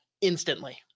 instantly